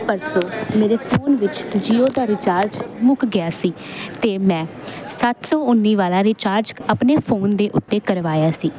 ਪਰਸੋਂ ਮੇਰੇ ਫੋਨ ਵਿੱਚ ਜੀਓ ਦਾ ਰੀਚਾਰਜ ਮੁੱਕ ਗਿਆ ਸੀ ਅਤੇ ਮੈਂ ਸੱਤ ਸੌ ਉੱਨੀ ਵਾਲਾ ਰਿਚਾਰਜ ਆਪਣੇ ਫੋਨ ਦੇ ਉੱਤੇ ਕਰਵਾਇਆ ਸੀ